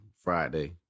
Friday